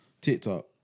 TikTok